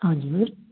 हजुर